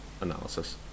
analysis